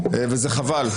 וזה חבל,